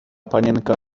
panienka